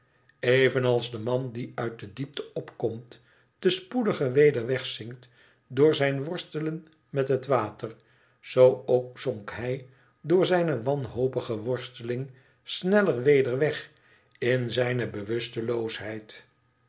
evenals de man die uit de diepte opkomt te spoediger weder wegzinkt door zijn worstelen met het water zoo ook zonk hij door zijne wanhopige worsteling sneller weder weg in zijne